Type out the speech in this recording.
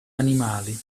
animali